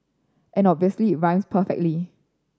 and obviously it rhymes perfectly